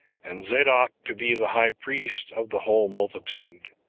and zadok to be the high priest of the whole multitude.